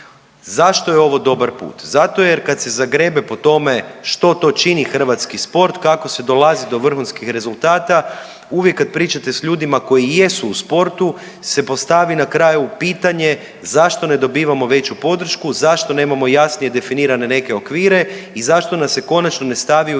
Zašto je ovo dobar put? Zato jer kad se zagrebe po tome što to čini hrvatski sport, kako se dolazi do vrhunskih rezultata uvijek kad pričate sa ljudima koji jesu u sportu se postavi na kraju pitanje zašto ne dobivamo veću podršku, zašto nemamo jasnije definirane neke okvire i zašto nas se konačno ne stavi u